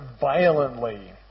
violently